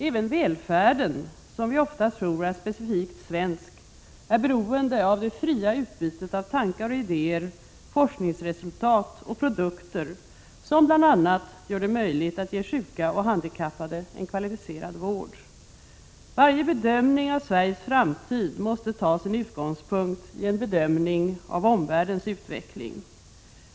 Även välfärden, som vi ofta tror är specifikt svensk, är beroende av det fria utbytet av tankar, idéer, forskningsresultat och produkter som bl.a. gör det möjligt att ge sjuka och handikappade en kvalificerad vård. Varje bedömning av Sveriges framtid måste ta sin utgångspunkt i en bedömning av omvärldens utveckling.